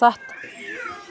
سَتھ